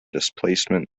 displacement